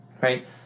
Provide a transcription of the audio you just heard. right